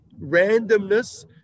randomness